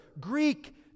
Greek